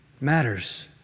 matters